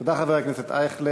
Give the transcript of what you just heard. תודה, חבר הכנסת אייכלר.